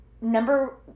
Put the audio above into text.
number